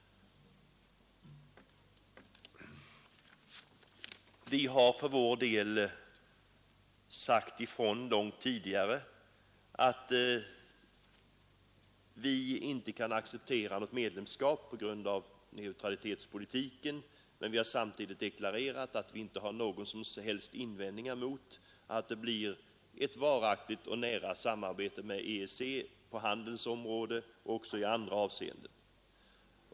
Vi har för vår del sagt ifrån långt tidigare att vi inte kan acceptera något medlemskap på grund av neutralitetspolitiken, men vi har samtidigt deklarerat, att vi inte har några som helst invändningar mot att det blir ett varaktigt och nära samarbete med EEC på handelns område också i andra avseenden.